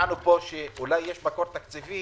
שמענו כאן שאולי יש מקור תקציבי